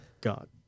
God